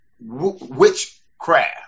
witchcraft